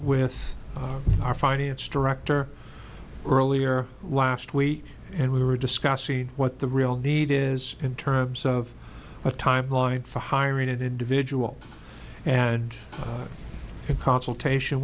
with our finance director earlier last week and we were discussing what the real need is in terms of a timeline for hiring an individual and in consultation